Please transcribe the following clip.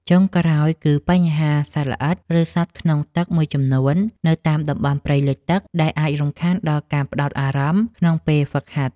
ចុងក្រោយ គឺបញ្ហាសត្វល្អិត ឬសត្វក្នុងទឹកមួយចំនួននៅតាមតំបន់ព្រៃលិចទឹក ដែលអាចរំខានដល់ការផ្ដោតអារម្មណ៍ក្នុងពេលហ្វឹកហាត់។